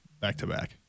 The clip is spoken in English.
back-to-back